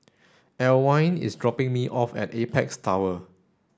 Alwine is dropping me off at Apex Tower